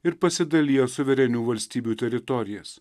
ir pasidalijo suverenių valstybių teritorijas